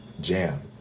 jam